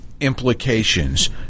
implications